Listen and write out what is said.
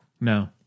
No